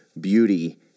beauty